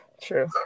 true